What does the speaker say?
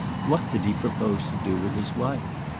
what did he propose to do with his wife?